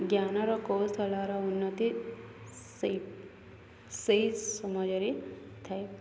ଜ୍ଞାନର କୌଶଳର ଉନ୍ନତି ସେଇ ସେଇ ସମୟରେ ଥାଏ